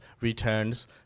returns